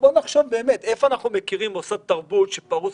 בואו נחשוב איפה אנחנו מכרים שיש מוסד תרבות שפרוס